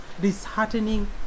disheartening